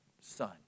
Son